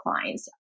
clients